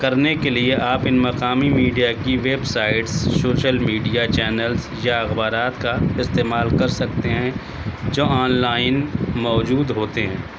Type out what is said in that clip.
کرنے کے لیے آپ ان مقامی میڈیا کی web sites social media channels یا اخبارات کا استعمال کر سکتے ہیں جو آن لائن موجود ہوتے ہیں